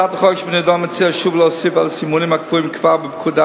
הצעת החוק שבנדון מציעה להוסיף על הסימונים הקבועים כבר בפקודה,